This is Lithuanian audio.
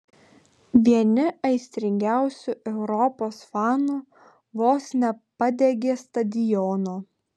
vieni aistringiausių europos fanų vos nepadegė stadiono